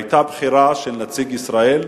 היתה בחירה של נציג ישראל,